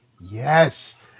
Yes